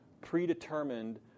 predetermined